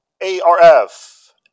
A-R-F